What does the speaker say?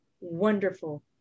wonderful